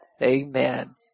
Amen